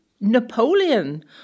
Napoleon